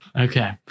Okay